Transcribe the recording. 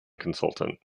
consultant